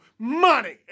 money